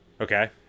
Okay